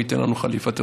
מי ייתן לנו חליפתו?